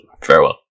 Farewell